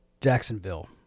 Jacksonville